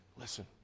listen